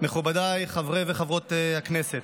מכובדיי חברי וחברות הכנסת,